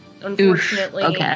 Unfortunately